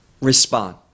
respond